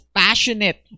passionate